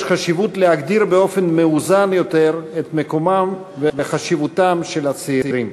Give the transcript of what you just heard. יש חשיבות להגדיר באופן מאוזן יותר את מקומם וחשיבותם של הצעירים.